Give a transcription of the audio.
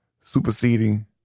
superseding